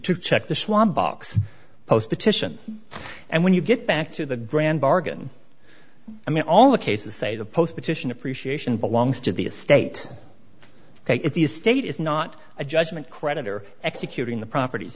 to check the slum box post petition and when you get back to the grand bargain i mean all the cases say the post petition appreciation belongs to the state ok if the state is not a judgment creditor executing the propert